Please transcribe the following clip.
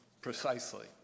Precisely